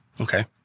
Okay